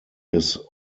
his